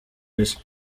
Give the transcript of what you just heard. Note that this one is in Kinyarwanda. isi